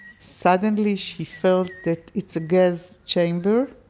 suddenly she felt that it's a gas chamber.